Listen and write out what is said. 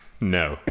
No